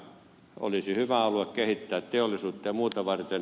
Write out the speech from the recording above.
se olisi hyvä alue kehittää teollisuutta ja muuta varten